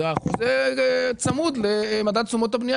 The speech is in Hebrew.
אז החוזה צמוד למדד תשומות הבנייה.